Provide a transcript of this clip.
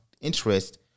Interest